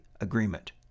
agreement